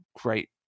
great